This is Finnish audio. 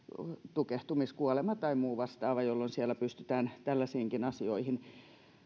tukehtumiskuolema tai muu vastaava jolloin siellä pystytään tällaisiinkin asioihin